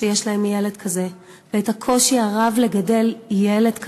שיש להם ילד כזה והקושי הרב לגדל ילד כזה.